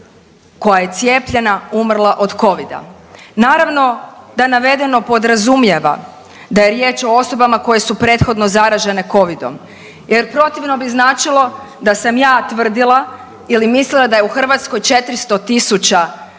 koja je cijepljena, umrla od Covida. Naravno da navedeno podrazumijeva da je riječ o osobama koje su prethodno zaražene Covidom jer protivno bi značilo da sam ja tvrdila ili mislila da je u Hrvatskoj 400 tisuća